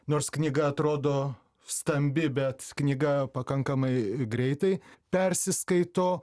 nors knyga atrodo stambi bet knyga pakankamai greitai persiskaito